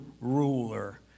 ruler